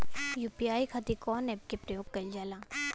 UPI खातीर कवन ऐपके प्रयोग कइलजाला?